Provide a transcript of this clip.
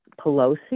Pelosi